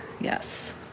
Yes